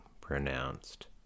pronounced